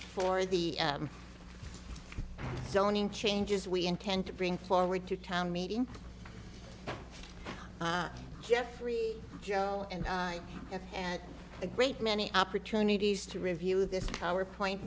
for the zoning changes we intend to bring forward to town meeting jeffrey joel and i and a great many opportunities to review this power point